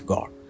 God